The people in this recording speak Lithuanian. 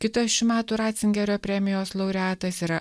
kitas šių metų ratcingerio premijos laureatas yra